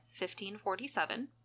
1547